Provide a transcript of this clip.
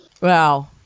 Wow